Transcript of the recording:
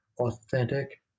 authentic